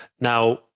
Now